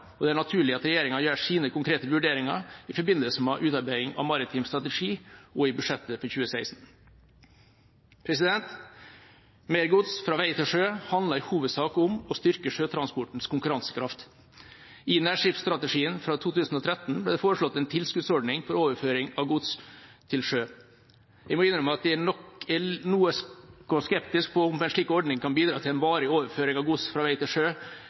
og det er naturlig at regjeringa gjør sine konkrete vurderinger i forbindelse med utarbeiding av maritim strategi og budsjettet for 2016. Mer gods fra vei til sjø handler i hovedsak om å styrke sjøtransportens konkurransekraft. I nærskipsstrategien fra 2013 ble det foreslått en tilskuddsordning for overføring av gods til sjø. Jeg må innrømme at jeg nok er noe skeptisk til om en slik ordning kan bidra til en varig overføring av gods fra vei til sjø,